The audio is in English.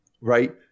Right